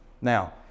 Now